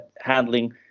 handling